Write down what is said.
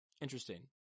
Interesting